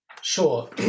Sure